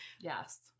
yes